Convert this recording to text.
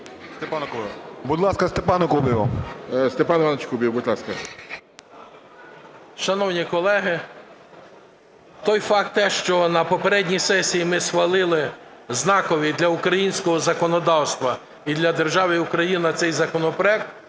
Степан Іванович Кубів, будь ласка. 12:59:22 КУБІВ С.І. Шановні колеги, той факт, що на попередній сесії ми схвалили знаковий для українського законодавства і для держави України цей законопроект,